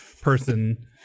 person